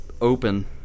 open